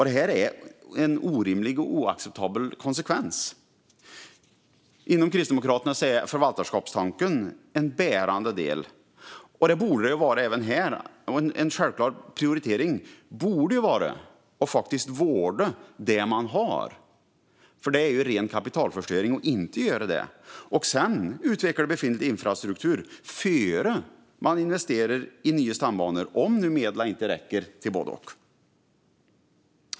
Det är en orimlig och oacceptabel konsekvens. Inom Kristdemokraterna är förvaltarskapstanken en bärande del. Det borde den vara även här. En självklar prioritering borde vara att vårda det man har - det är ren kapitalförstöring att inte göra det - och sedan utveckla befintlig infrastruktur innan man investerar i nya stambanor om medlen inte räcker till både och.